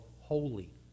holy